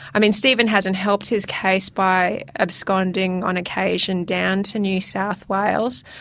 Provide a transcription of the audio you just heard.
i mean, steven hasn't helped his case by absconding on occasion down to new south wales,